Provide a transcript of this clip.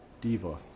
diva